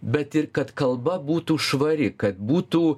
bet ir kad kalba būtų švari kad būtų